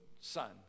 son